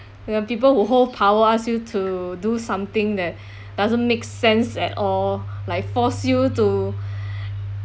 when people who hold power ask you to do something that doesn't make sense at all like force you to